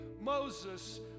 Moses